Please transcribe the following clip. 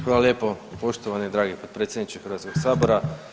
Hvala lijepo poštovani i dragi potpredsjedniče Hrvatskog sabora.